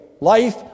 life